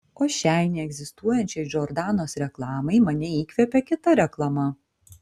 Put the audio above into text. o šiai neegzistuojančiai džordanos reklamai mane įkvėpė kita reklama